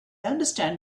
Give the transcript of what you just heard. understand